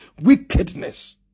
wickedness